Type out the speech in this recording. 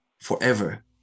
forever